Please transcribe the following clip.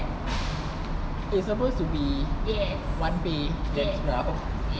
it's supposed to be a one pay then trial